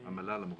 המל"ל ראשון, לא?